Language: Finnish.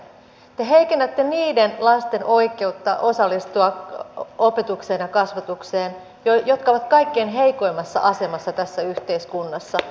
te heikennätte niiden lasten oikeutta osallistua opetukseen ja kasvatukseen jotka ovat kaikkein heikoimmassa asemassa tässä yhteiskunnassa